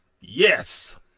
Yes